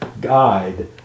guide